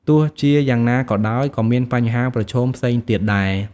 ទោះជាយ៉ាងណាក៏ដោយ ក៏មានបញ្ហាប្រឈមផ្សេងទៀតដែរ។